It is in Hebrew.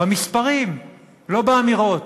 במספרים, לא באמירות,